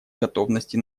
готовности